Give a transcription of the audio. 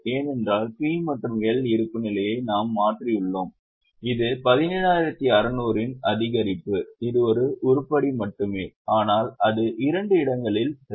ஏனென்றால் P மற்றும் L இருப்புநிலையை நாம் மாற்றியுள்ளோம் இது 17600 இன் அதிகரிப்பு இது ஒரு உருப்படி மட்டுமே ஆனால் அது இரண்டு இடங்களில் சரி